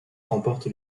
remporte